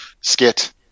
skit